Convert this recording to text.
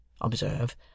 observe